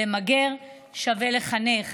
למגר שווה לחנך.